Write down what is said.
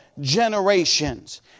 generations